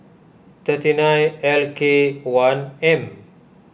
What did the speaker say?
thirty nine L K one M